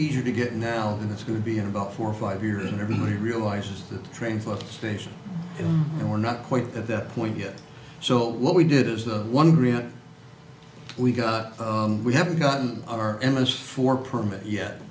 easier to get now and it's going to be in about four or five years and everybody realizes the train for the station and we're not quite at that point yet so what we did is the one reason we got we haven't gotten our image for permit yet